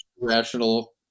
rational